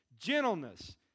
Gentleness